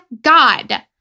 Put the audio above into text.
God